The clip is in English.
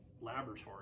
laboratory